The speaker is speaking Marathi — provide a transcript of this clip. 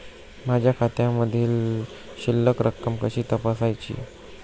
माझ्या खात्यामधील शिल्लक रक्कम कशी तपासायची?